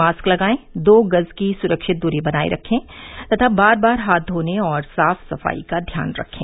mask लगायें दो गज की सुरक्षित दूरी बनाये रखें तथा बार बार हाथ धोने और साफ सफाई का ध्यान रखें